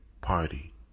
Party